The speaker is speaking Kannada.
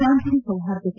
ಶಾಂತಿ ಸೌಹಾರ್ದತೆ